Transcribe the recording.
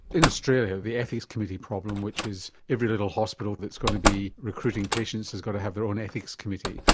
in australia the ethics committee problem, which is every little hospital that's going to be recruiting patients has got to have their own ethics committee,